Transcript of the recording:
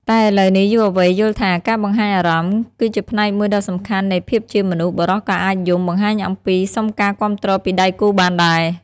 តែឥឡូវនេះ យុវវ័យយល់ថាការបង្ហាញអារម្មណ៍ គឺជាផ្នែកមួយដ៏សំខាន់នៃភាពជាមនុស្ស បុរសក៏អាចយំ បង្ហាញអំពីសុំការគាំទ្រពីដៃគូបានដែរ។